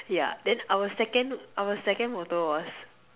yeah then our second our second motto was